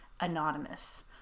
Anonymous